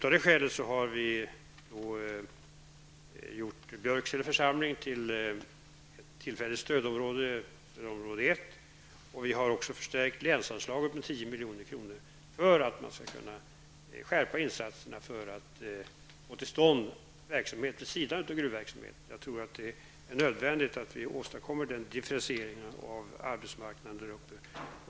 Av detta skäl har vi gjort Björksele församling till ett tillfälligt stödområde. Vi har även förstärkt länsanslaget med 10 milj.kr. för att man skall kunna skärpa insatserna för att få till stånd verksamhet vid sidan om gruvindustrin. Jag tror att det är nödvändigt att vi åstadkommer den differentieringen av arbetsmarknaden där uppe.